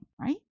right